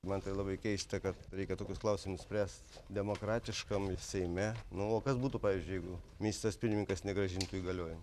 man tai labai keista kad reikia tokius klausimus spręst demokratiškam seime nu o kas būtų pavyzdžiui jeigu ministras pirmininkas negrąžintų įgaliojimų